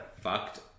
fucked